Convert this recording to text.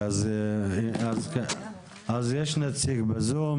אז יש נציג בזום,